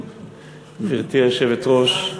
גברתי היושבת-ראש,